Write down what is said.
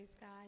God